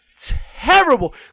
terrible